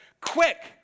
quick